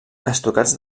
estucats